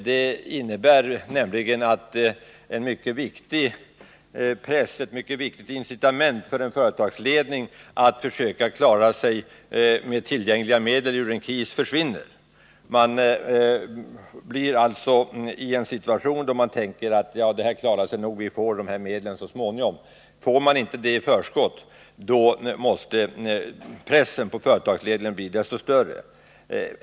Det innebär, nämligen att ett mycket viktigt incitament för en företagsledning att försöka klara sig ur en kris med tillgängliga medel försvinner. Man hamnar i stället i en situation där man tänker: Det här klarar sig nog, vi får de här medlen så småningom. Får man inte de medlen i förskott måste pressen på företagsledningen bli desto större.